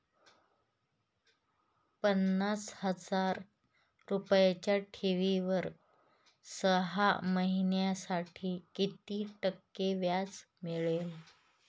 पन्नास हजार रुपयांच्या ठेवीवर सहा महिन्यांसाठी किती टक्के व्याज मिळेल?